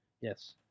Yes